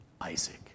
Isaac